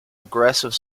aggressive